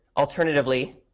alternatively,